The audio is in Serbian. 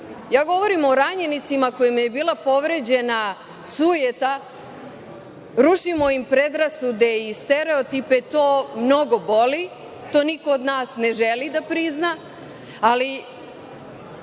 Govorim o ranjenicima kojima je bila povređena sujeta, rušimo im predrasude i stereotipe i to mnogo boli. To niko od nas ne želi da prizna, ali